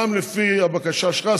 זה גם לפי הבקשה שלך,